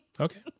Okay